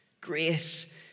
grace